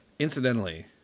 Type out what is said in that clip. Incidentally